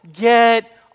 Get